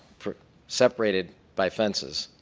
separated by fences.